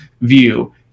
view